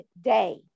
day